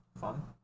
fun